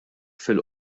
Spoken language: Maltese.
fil